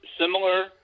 similar